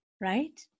Right